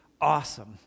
awesome